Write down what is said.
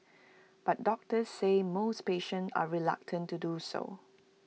but doctors say most patients are reluctant to do so